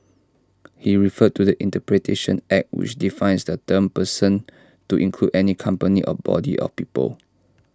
he referred to the interpretation act which defines the term person to include any company or body of people